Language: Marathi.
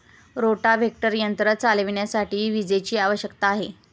रोटाव्हेटर यंत्र चालविण्यासाठी विजेची आवश्यकता आहे